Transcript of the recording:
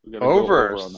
Over